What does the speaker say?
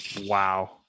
Wow